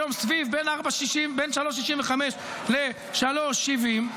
והיום בין 3.65 ל-3.70,